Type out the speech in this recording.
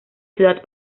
ciudad